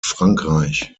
frankreich